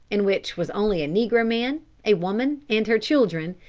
in which was only a negro man, a woman and her children,